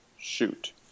shoot